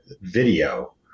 video